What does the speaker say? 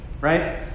right